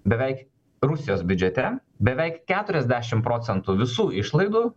beveik rusijos biudžete beveik keturiasdešimt procentų visų išlaidų